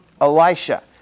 Elisha